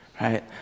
right